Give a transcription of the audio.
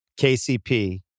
KCP